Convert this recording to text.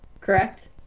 correct